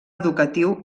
educatiu